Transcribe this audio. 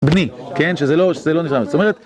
בני, כן? שזה לא נשלמת, זאת אומרת...